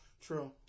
True